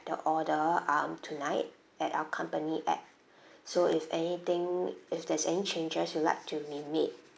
the order um tonight at our company app so if anything if there's any changes you like to be made